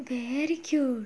ya very cute